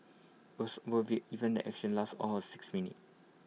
worth even the action lasted all of six minutes